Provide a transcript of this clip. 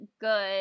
good